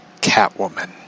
Catwoman